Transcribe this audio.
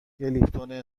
لیپتون